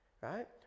Right